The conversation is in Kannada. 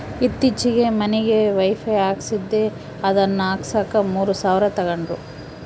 ಈತ್ತೀಚೆಗೆ ಮನಿಗೆ ವೈಫೈ ಹಾಕಿಸ್ದೆ ಅದನ್ನ ಹಾಕ್ಸಕ ಮೂರು ಸಾವಿರ ತಂಗಡ್ರು